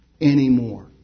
anymore